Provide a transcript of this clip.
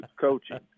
coaching